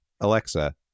Alexa